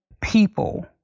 people